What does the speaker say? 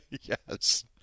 Yes